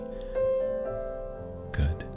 good